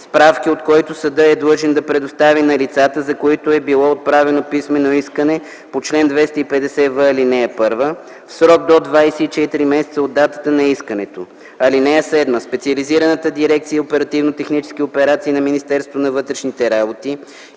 справки от който съдът е длъжен да предостави на лицата, за които е било отправено писмено искане по чл. 250в, ал. 1, в срок до 24 месеца от датата на искането. (7) Специализираната дирекция „Оперативни технически операции” на Министерството на вътрешните работи